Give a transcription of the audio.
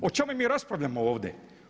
O čemu mi raspravljamo ovdje?